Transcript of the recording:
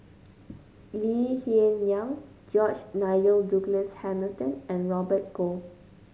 Lee Hsien Yang George Nigel Douglas Hamilton and Robert Goh